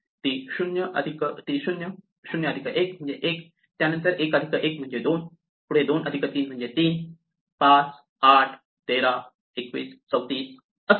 ती 0 0 अधिक 1 म्हणजे 1 त्यानंतर 1 अधिक 1 म्हणजे 2 पुढे 2 अधिक 1 म्हणजे 3 5 8 13 21 34 असेल